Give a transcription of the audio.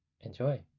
enjoy